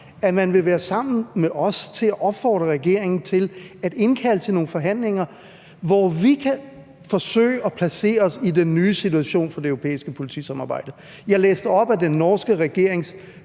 at man vil være sammen med os til at opfordre regeringen til at indkalde til nogle forhandlinger, hvor vi kan forsøge at placere os i den nye situation for det europæiske politisamarbejde? Jeg læste op af den norske regerings